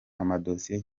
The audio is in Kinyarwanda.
amadosiye